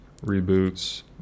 reboots